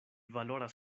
valoras